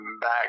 back